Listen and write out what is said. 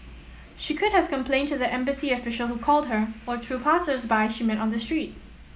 she could have complained to the embassy official who called her or to passers by she met on the street